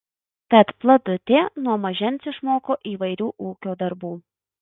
tad vladutė nuo mažens išmoko įvairių ūkio darbų